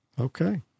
Okay